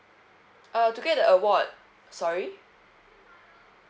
uh to get the award sorry